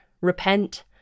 repent